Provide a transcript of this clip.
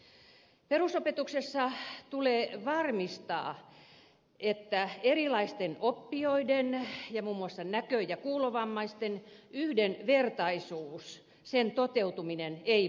perusopetuksessa tulee varmistaa että erilaisten oppijoiden ja muun muassa näkö ja kuulovammaisten yhdenvertaisuuden toteutuminen ei vaarannu